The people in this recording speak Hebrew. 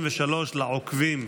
53, לעוקבים.